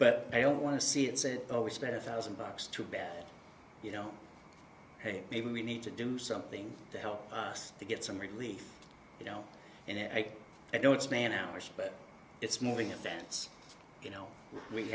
but i don't want to see it say oh we spent a thousand bucks to bad you know hey maybe we need to do something to help us to get some relief you know and i don't span hours but it's moving events you know we